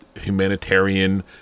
humanitarian